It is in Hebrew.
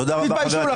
תתביישו לכם.